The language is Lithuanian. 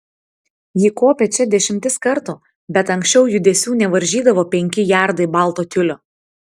ji kopė čia dešimtis kartų bet anksčiau judesių nevaržydavo penki jardai balto tiulio